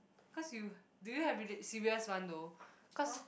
cause you do you have serious one though cause